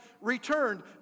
returned